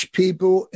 people